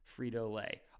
Frito-Lay